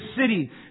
city